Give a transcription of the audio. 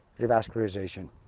revascularization